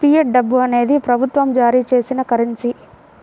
fiat డబ్బు అనేది ప్రభుత్వం జారీ చేసిన కరెన్సీ